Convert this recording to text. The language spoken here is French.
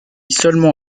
seulement